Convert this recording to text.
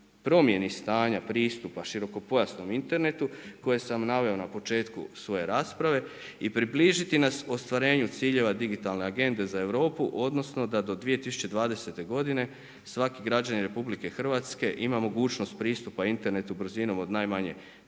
promjeni stanja pristupa širokopojasnom internetu, koje sam naveo na početku svoje rasprave i približiti nas ostvarenju ciljeva digitalne agende za Europu, odnosno, da do 2020. godine, svaki građanin RH, ima mogućnost pristupa internetu brzinom od najmanje